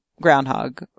groundhog